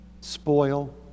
spoil